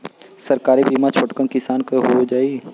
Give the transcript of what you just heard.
सरकारी बीमा छोटकन किसान क हो जाई?